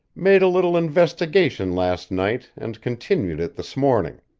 made a little investigation last night and continued it this morning.